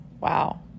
Wow